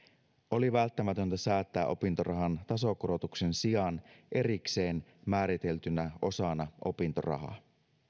oli välttämätöntä säätää opintorahan tasokorotuksen sijaan erikseen määriteltynä osana opintorahaa